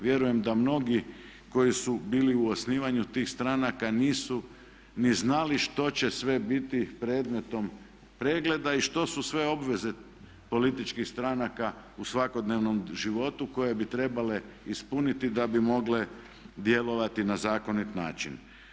Vjerujem da mnogi koji su bili u osnivanju tih stranaka nisu ni znali što će sve biti predmetom pregleda i što su sve obveze političkih stranaka u svakodnevnom životu koje bi trebale ispuniti da bi mogle djelovati na zakonit način.